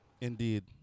Indeed